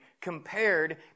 compared